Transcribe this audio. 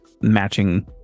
matching